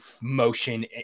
motion